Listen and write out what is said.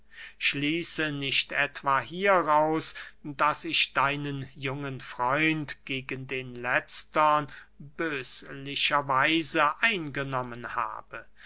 schließe nicht etwa hieraus daß ich deinen jungen freund gegen den letztern böslicher weise eingenommen habe